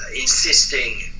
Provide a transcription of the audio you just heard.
insisting